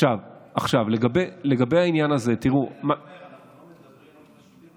אנחנו לא מדברים על חשודים,